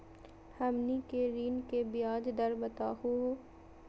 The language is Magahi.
हमनी के ऋण के ब्याज दर बताहु हो?